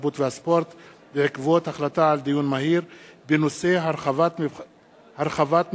התרבות והספורט בעקבות דיון מהיר בנושא: הרחבת מבחני